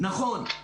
נכון,